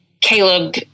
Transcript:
Caleb